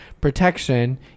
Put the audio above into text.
protection